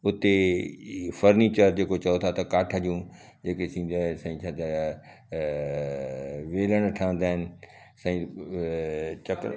हुते फर्नीचर जेको चओ था त काठ जूं जेके सिंग छदर वेलण ठहंदा आहिनि साईं चक्कर